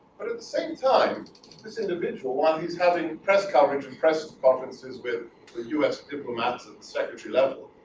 but at the same time this individual one is having press coverage impressive provinces with the us diplomats and secretary level